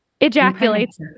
ejaculates